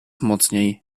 mocniej